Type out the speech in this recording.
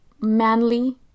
Manly